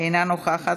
אינה נוכחת,